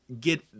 get